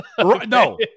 No